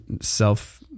self